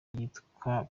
yitwa